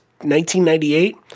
1998